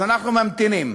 אז אנחנו ממתינים.